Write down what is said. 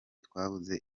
twabuze